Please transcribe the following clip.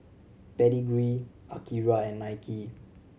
Pedigree Akira and Nike